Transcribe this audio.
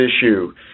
issue